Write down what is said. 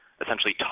essentially